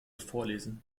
vorlesen